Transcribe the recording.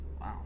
Wow